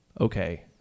okay